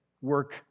work